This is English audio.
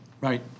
Right